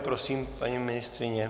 Prosím, paní ministryně.